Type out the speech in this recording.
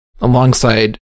alongside